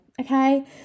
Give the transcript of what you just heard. okay